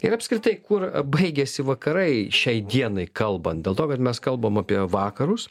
ir apskritai kur baigiasi vakarai šiai dienai kalbant dėl to kad mes kalbam apie vakarus